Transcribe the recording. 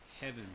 heaven